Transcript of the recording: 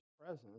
presence